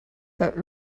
but